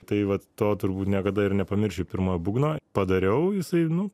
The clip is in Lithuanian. tai vat to turbūt niekada ir nepamiršiu pirmojo būgno padariau jisai nu